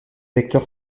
acteurs